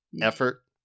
Effort